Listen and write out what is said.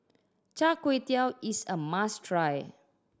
Char Kway Teow is a must try